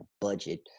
budget